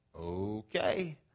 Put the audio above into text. okay